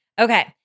Okay